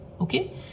Okay